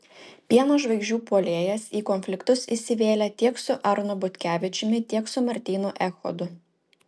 pieno žvaigždžių puolėjas į konfliktus įsivėlė tiek su arnu butkevičiumi tiek su martynu echodu